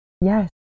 Yes